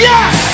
Yes